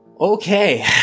Okay